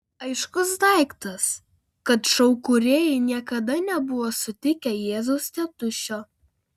aiškus daiktas kad šou kūrėjai niekada nebuvo sutikę jėzaus tėtušio